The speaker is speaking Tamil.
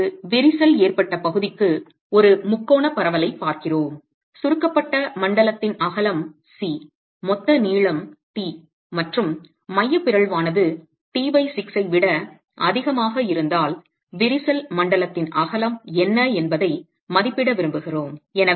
இப்போது விரிசல் ஏற்பட்ட பகுதிக்கு ஒரு முக்கோணப் பரவலைப் பார்க்கிறோம் சுருக்கப்பட்ட மண்டலத்தின் அகலம் c மொத்த நீளம் t மற்றும் மைய பிறழ்வானது t6 ஐ விட அதிகமாக இருந்தால் விரிசல் மண்டலத்தின் அகலம் என்ன என்பதை மதிப்பிட விரும்புகிறோம்